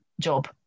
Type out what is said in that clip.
job